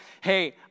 Hey